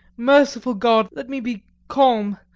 merciful god! let me be calm,